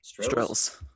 Strills